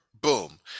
boom